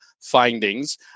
findings